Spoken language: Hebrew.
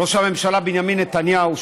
ראש הממשלה בנימין נתניהו,